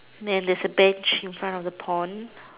then there's a bench in front of the pond